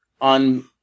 on